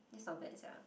this not bad sia